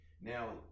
Now